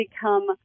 become